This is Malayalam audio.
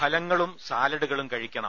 ഫലങ്ങളും സാലഡുകളും കഴിക്കണം